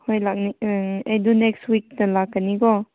ꯍꯣꯏ ꯑꯩꯗꯣ ꯅꯦꯛꯁ ꯋꯤꯛꯇ ꯂꯥꯛꯀꯅꯤꯀꯣ